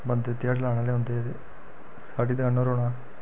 बंदे ध्याड़ी लाना आह्ले औंदे साढ़ी दकानै'र औना